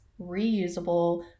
reusable